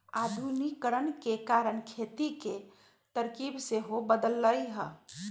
आधुनिकीकरण के कारण खेती के तरकिब सेहो बदललइ ह